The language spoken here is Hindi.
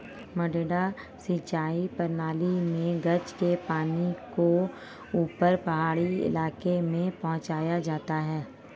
मडडा सिंचाई प्रणाली मे गज के पानी को ऊपर पहाड़ी इलाके में पहुंचाया जाता है